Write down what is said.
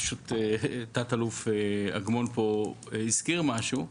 פשוט תת-אלוף אגמון הזכיר משהו,